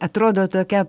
atrodo tokia